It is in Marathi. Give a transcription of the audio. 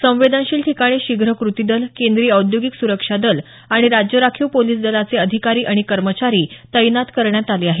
संवेदनशील ठिकाणी शीघ्र कृतीदल केंद्रीय औद्योगिक सुरक्षादल आणि राज्य राखीव पोलिस दलाचे अधिकारी आणि कर्मचारी तैनात करण्यात आले आहेत